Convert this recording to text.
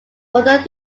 further